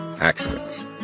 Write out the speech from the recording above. accidents